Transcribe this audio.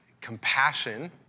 compassion